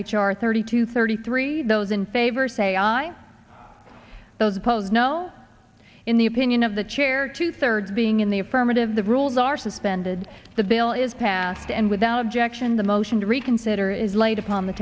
r thirty two thirty three those in favor say aye those opposed no in the opinion of the chair two thirds being in the affirmative the rules are suspended the bill is passed and without objection the motion to reconsider is laid upon the